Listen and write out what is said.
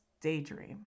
daydream